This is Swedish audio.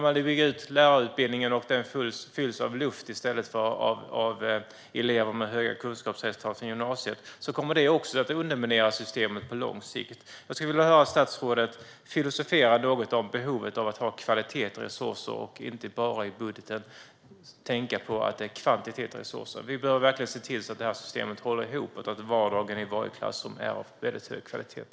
Att lärarutbildningen byggs ut och fylls av luft i stället för av elever med höga kunskapsresultat från gymnasiet kommer också att underminera systemet på lång sikt. Jag vill höra statsrådet filosofera något om behovet av att ha kvalitet i resurserna, och inte bara att i budgeten tänka på kvantitet i resurserna. Vi behöver verkligen se till att systemet håller ihop och att vardagen i varje klassrum är av väldigt hög kvalitet.